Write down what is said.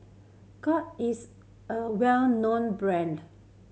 Cott is a well known brand